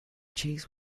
cheese